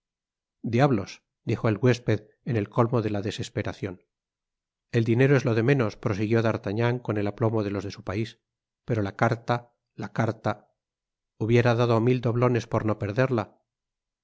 diablos dijo el huésped en el colmo de la desesperacion el dinero es lo de menos prosiguió d'artagnan con el aplomo de los de su pais pero la carta la carta hubiera dado mil doblones por no perderla